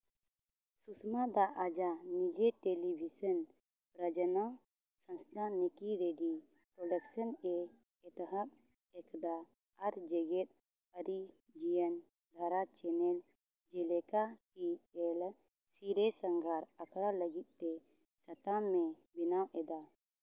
ᱥᱩᱥᱢᱟ ᱫᱟ ᱟᱡᱟᱜ ᱱᱤᱡᱮ ᱴᱮᱞᱤᱵᱷᱤᱥᱚᱱ ᱨᱚᱡᱚᱱᱚ ᱥᱚᱸᱥᱛᱷᱟᱱ ᱱᱤᱠᱤ ᱨᱮᱰᱤ ᱯᱨᱚᱰᱟᱠᱥᱚᱱᱼᱮ ᱮᱛᱚᱦᱚᱵᱽ ᱮᱠᱟᱫᱟ ᱟᱨ ᱡᱮᱜᱮᱫ ᱟᱹᱨᱤ ᱡᱤᱭᱚᱱ ᱫᱷᱟᱨᱟ ᱪᱮᱱᱮᱞ ᱡᱮᱞᱮᱠᱟ ᱴᱤ ᱮᱞ ᱥᱤᱨᱮ ᱥᱟᱸᱜᱷᱟᱨ ᱟᱠᱷᱲᱟ ᱞᱟᱹᱜᱤᱫ ᱛᱮ ᱥᱟᱛᱟᱢᱮ ᱵᱮᱱᱟᱣ ᱮᱫᱟ